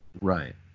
Right